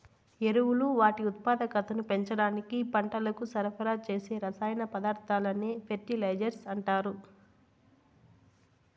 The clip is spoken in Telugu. ఎరువులు వాటి ఉత్పాదకతను పెంచడానికి పంటలకు సరఫరా చేసే రసాయన పదార్థాలనే ఫెర్టిలైజర్స్ అంటారు